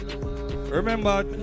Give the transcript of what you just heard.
Remember